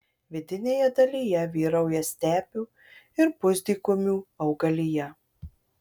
vidinėje dalyje vyrauja stepių ir pusdykumių augalija